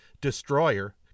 destroyer